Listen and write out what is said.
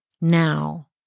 now